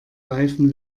reifen